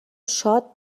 شاد